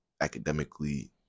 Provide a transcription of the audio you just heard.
academically